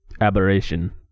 aberration